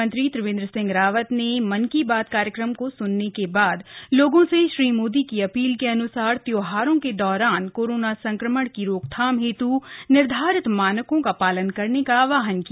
मुख्यमंत्री त्रिवेन्द्र सिंह रावत ने मन की बात कार्यक्रम को सुनने के बाद लोगों से श्री मोदी की अपील के अनुसार त्योहारों के दौरान कोरोना संक्रमण की रोकथाम हेतु निर्धारित मानको का पालन करने का आवाहन किया